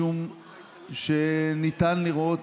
משום שניתן לראות,